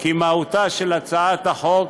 כי מהותה של הצעת החוק